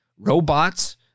robots